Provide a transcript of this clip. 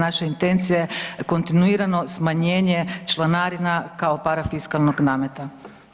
Naša intencija je kontinuirano smanjenje članarina kao parafiskalnog nameta.